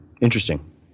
Interesting